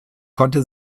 konnte